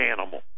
animal